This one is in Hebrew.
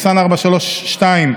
פ/432/24,